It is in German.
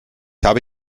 habe